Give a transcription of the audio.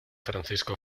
francisco